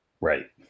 right